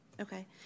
Okay